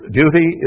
duty